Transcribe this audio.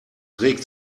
regt